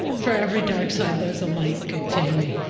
for every dark side, there's a light, good tammy.